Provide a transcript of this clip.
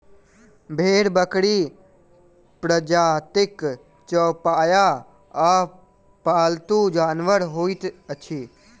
भेंड़ बकरीक प्रजातिक चौपाया आ पालतू जानवर होइत अछि